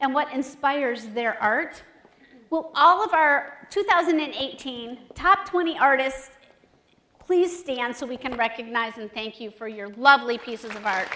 and what inspires their art will all of our two thousand and eighteen top twenty artists please stand so we can recognize and thank you for your lovely pieces of